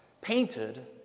painted